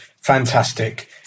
fantastic